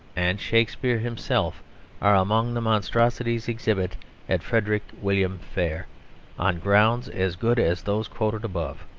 and shakespeare himself are among the monstrosities exhibited at frederick-william fair on grounds as good as those quoted above.